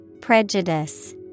Prejudice